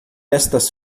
estas